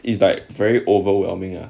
it's like very overwhelming ah